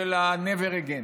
של ה-never again.